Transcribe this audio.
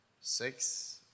six